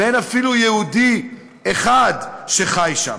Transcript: ואין אפילו יהודי אחד שחי שם,